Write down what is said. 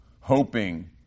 hoping